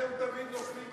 אתם תמיד נופלים,